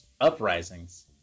uprisings